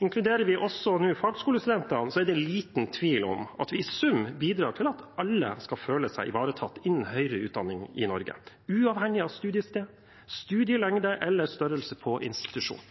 Inkluderer vi også nå fagskolestudentene, er det liten tvil om at vi i sum bidrar til at alle skal føle seg ivaretatt innen høyere utdanning i Norge, uavhengig av studiested, studielengde eller størrelse på institusjonen.